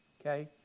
Okay